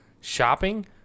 shopping